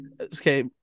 okay